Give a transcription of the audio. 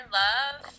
love